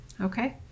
Okay